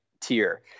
tier